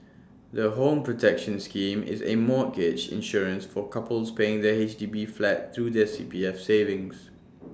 the home protection scheme is A mortgage insurance for couples paying for their H D B flat through their C P F savings